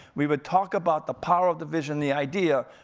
we would talk about the power of the vision, the idea,